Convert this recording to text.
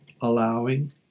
allowing